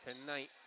tonight